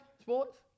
sports